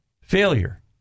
failure